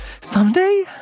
Someday